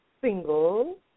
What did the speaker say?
single